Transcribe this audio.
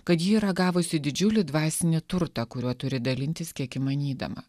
kad ji yra gavusi didžiulį dvasinį turtą kuriuo turi dalintis kiek įmanydama